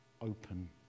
open